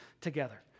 together